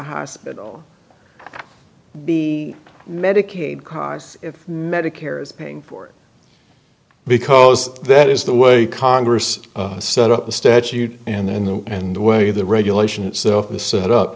hospital be medicaid costs if medicare is paying for it because that is the way congress set up the statute and then the and the way the regulation itself the set up